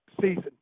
season